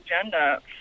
agenda